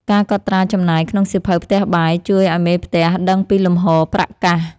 ការកត់ត្រាចំណាយក្នុងសៀវភៅផ្ទះបាយ ជួយឱ្យមេផ្ទះដឹងពីលំហូរប្រាក់កាស។